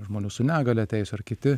žmonių su negalia teisių ar kiti